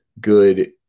good